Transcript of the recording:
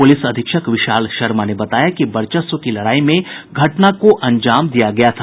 police अधीक्षक विशाल शर्मा ने बताया कि वर्चस्व की लड़ाई में घटना को अंजाम दिया गया था